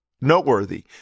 noteworthy